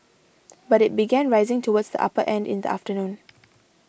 but it began rising towards the upper end in the afternoon